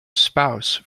spouse